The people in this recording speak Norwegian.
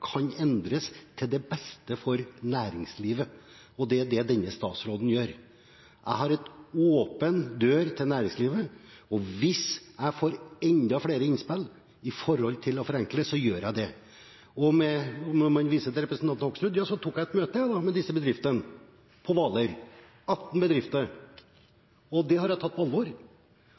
kan endres, til beste for næringslivet, og det er det denne statsråden gjør. Jeg har en åpen dør til næringslivet, og hvis jeg får enda flere innspill når det gjelder å forenkle, så gjør jeg det. Når man viser til representanten Hoksrud, så tok jeg et møte med disse bedriftene, på Hvaler – 18 bedrifter. Det har jeg tatt på alvor.